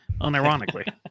unironically